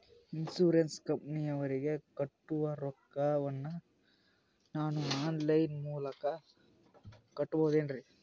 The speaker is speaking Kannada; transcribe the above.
ಇನ್ಸೂರೆನ್ಸ್ ಕಂಪನಿಯವರಿಗೆ ಕಟ್ಟುವ ರೊಕ್ಕ ವನ್ನು ನಾನು ಆನ್ ಲೈನ್ ಮೂಲಕ ಕಟ್ಟಬಹುದೇನ್ರಿ?